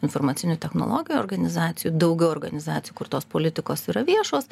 informacinių technologijų organizacijų daugiau organizacijų kur tos politikos yra viešos